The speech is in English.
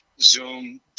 Zoom